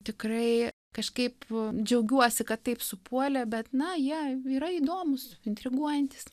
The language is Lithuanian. tikrai kažkaip džiaugiuosi kad taip supuolė bet na jie yra įdomūs intriguojantys